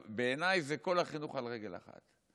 בעיניי זה כל החינוך על רגל אחת.